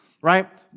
right